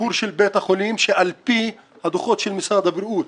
סיפור של בית החולים שעל פי הדוחות של משרד הבריאות